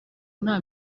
nta